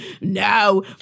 No